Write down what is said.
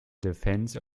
defence